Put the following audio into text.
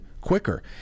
quicker